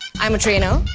i'm a trainer,